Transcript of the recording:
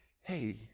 hey